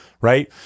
right